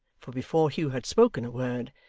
for before hugh had spoken a word,